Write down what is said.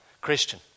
Christian